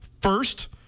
First